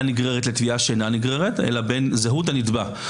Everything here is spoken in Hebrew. נגררת לתביעה שאינה נגררת אלא בין זהות הנתבע.